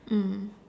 mm